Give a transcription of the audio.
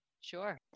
Sure